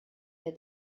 that